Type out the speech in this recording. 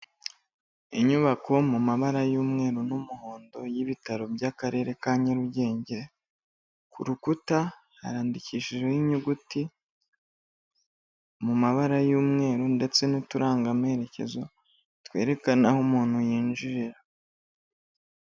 Inyubako mu mabara y'umweru n'umuhondo y'ibitaro by'akarere ka Nyarugenge ku rukuta harandikishijeho inyuguti mu mabara y'umweru ndetse n'uturangamerekezo twerekana aho umuntu yinjirira.